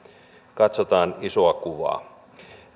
katsotaan isoa kuvaa